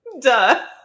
Duh